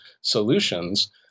solutions